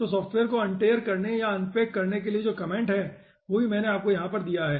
तो सॉफ़्टवेयर को अनटेयर करने और अनपैक करने के लिए जो कमेंट है वो भी मैंने यहां पर आपको दिया है